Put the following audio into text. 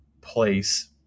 place